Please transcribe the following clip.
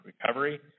recovery